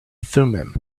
thummim